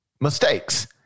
mistakes